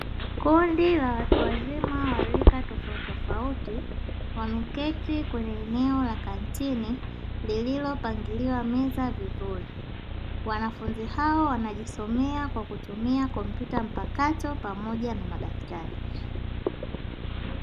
Kundi la watu wazima wa rika tofauti tofauti wameketi kwenye eneo la kantini lililopangiliwa meza vizuri. Wanafunzi hao wanajisomea kwa kutumia kompyuta mpakato pamoja na madaftari.